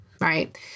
right